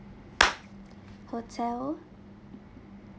hotel